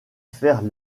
faire